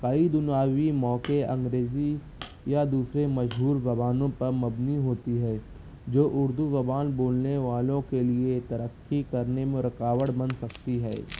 کئی دنیاوی موقعے انگریزی یا دوسرے مشہور زبانوں پر مبنی ہوتی ہے جو اردو زبان بولنے والوں کے لیے ترقی کرنے میں رکاوٹ بن سکتی ہے